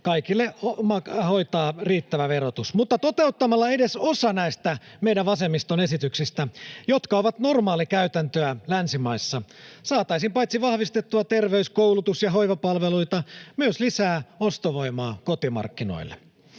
kaikille hoitaa riittävä verotus. — Toteuttamalla edes osa näistä meidän vasemmiston esityksistä, jotka ovat normaalikäytäntöä länsimaissa, saataisiin paitsi vahvistettua terveys-, koulutus- ja hoivapalveluita myös lisää ostovoimaa kotimarkkinoille.